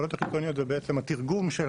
העלויות החיצוניות זה בעצם התרגום של